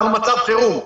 אנחנו במצב חירום.